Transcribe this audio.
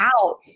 out